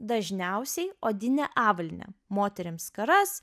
dažniausiai odinę avalynę moterims skaras